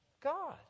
God